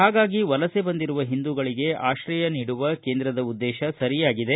ಹಾಗಾಗಿ ವಲಸೆ ಬಂದಿರುವ ಹಿಂದೂಗಳಿಗೆ ಆಶ್ರಯ ನೀಡುವ ಕೇಂದ್ರದ ಉದ್ದೇಶ ಸರಿಯಾಗಿದೆ